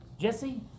jesse